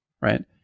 right